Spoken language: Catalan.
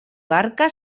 barca